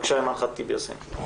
בבקשה אימאן חטיב יאסין.